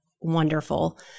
wonderful